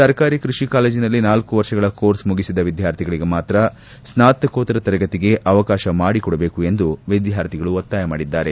ಸರ್ಕಾರಿ ಕೃಷಿ ಕಾಲೇಜನಲ್ಲಿ ನಾಲ್ಕು ವರ್ಷಗಳ ಕೋರ್ಸ್ ಮುಗಿಸಿದ ವಿದ್ಕಾರ್ಥಿಗಳಿಗೆ ಮಾತ್ರ ಸ್ನಾತಕೋತ್ತರ ತರಗತಿಗೆ ಅವಕಾಶ ಮಾಡಿಕೊಡಬೇಕು ಎಂದು ವಿದ್ವಾರ್ಥಿಗಳು ಒತ್ತಾಯ ಮಾಡಿದ್ದಾರೆ